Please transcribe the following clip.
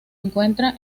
encuentra